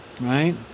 right